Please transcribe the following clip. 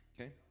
Okay